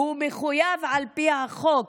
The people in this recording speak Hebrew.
שהוא מחויב על פי החוק,